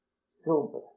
Silver